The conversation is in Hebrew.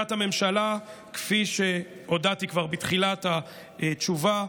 עמדת הממשלה, כפי שהודעתי כבר בתחילת התשובה,